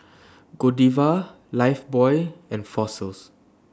Godiva Lifebuoy and Fossils